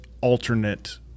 alternate